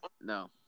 No